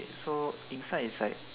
so inside is like